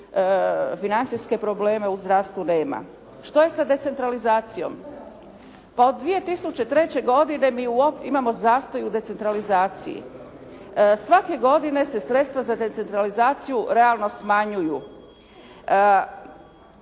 financijske probleme u zdravstvu nema. Što je sa decentralizacijom? Pa od 2003. imamo zastoj u decentralizaciji. Svake godine se sredstva za decentralizaciju realno smanjuju.